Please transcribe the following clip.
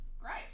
Great